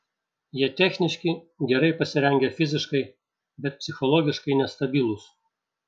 jie techniški gerai pasirengę fiziškai bet psichologiškai nestabilūs